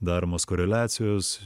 daromos koreliacijos